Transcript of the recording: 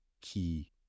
key